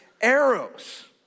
arrows